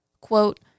quote